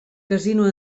casino